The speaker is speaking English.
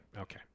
Okay